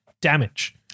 damage